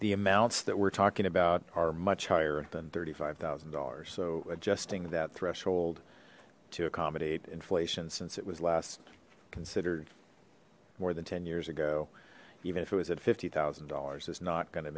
the amounts that we're talking about are much higher than thirty five thousand dollars so adjusting that threshold to accommodate inflation since it was last considered more than ten years ago even if it was at fifty thousand dollars is not going to